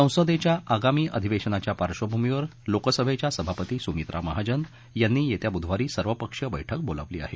संसदेच्या आगामी अधिवेशनाच्या पार्धभूमीवर लोकसभेच्या सभापती सूमित्रा महाजन यांनी येत्या बुधवारी सर्वपक्षीय बैठक बोलावली आहे